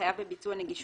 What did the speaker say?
"חייב בביצוע נגישות",